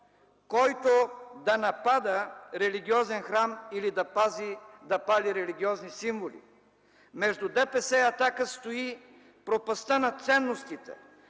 който да напада религиозен храм или да пали религиозни символи! Между ДПС и „Атака” стои пропастта на ценностите,